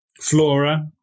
flora